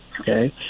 Okay